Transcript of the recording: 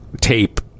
tape